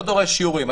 אני לא דורש שיעורים.